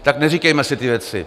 Tak neříkejme si ty věci.